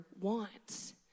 wants